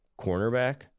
cornerback